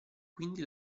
quindi